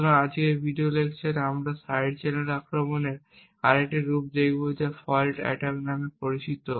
সুতরাং আজকের ভিডিও লেকচারে আমরা সাইড চ্যানেল আক্রমণের আরেকটি রূপ দেখব যা ফল্ট অ্যাটাক নামে পরিচিত